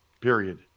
Period